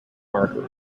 market